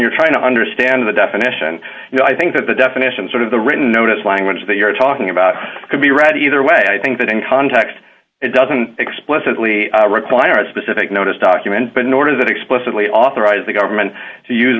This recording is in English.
you're trying to understand the definition you know i think that the definition sort of the written notice language that you're talking about could be read either way i think that in context it doesn't explicitly require a specific notice document but nor does it explicitly authorize the government to use